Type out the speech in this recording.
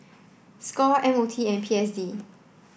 Score M O T and P S D